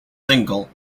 single